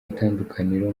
itandukaniro